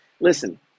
listen